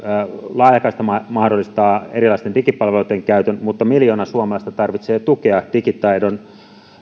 laajakaista mahdollistaa erilaisten digipalveluitten käytön mutta miljoona suomalaista tarvitsee tukea digitaidon